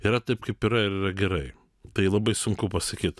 yra taip kaip yra ir yra gerai tai labai sunku pasakyt